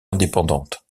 indépendantes